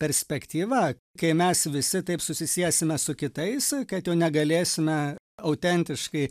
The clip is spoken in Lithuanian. perspektyva kai mes visi taip susisiesime su kitais kad jau negalėsime autentiškai